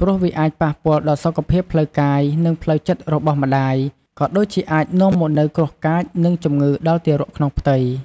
ព្រោះវាអាចប៉ះពាល់ដល់សុខភាពផ្លូវកាយ និងផ្លូវចិត្តរបស់ម្តាយ ក៏ដូចជាអាចនាំមកនូវគ្រោះកាច ឬជំងឺដល់ទារកក្នុងផ្ទៃ។